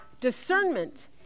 Discernment